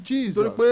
Jesus